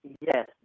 Yes